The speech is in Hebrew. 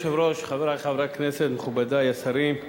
אדוני היושב-ראש, חברי חברי הכנסת, מכובדי השרים,